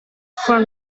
from